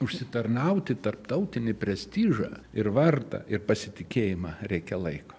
užsitarnauti tarptautinį prestižą ir vardą ir pasitikėjimą reikia laiko